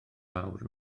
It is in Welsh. awr